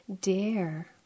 dare